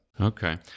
okay